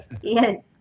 yes